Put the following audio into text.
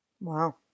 wow